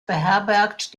beherbergt